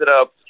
up